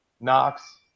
Knox